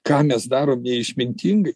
ką mes darom neišmintingai